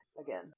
again